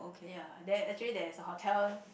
ya there actually there's a hotel